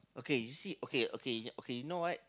okay you see okay okay okay you know what